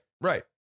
right